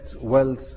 wealth